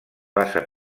basa